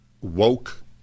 woke